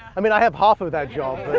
i mean, i have half of that job.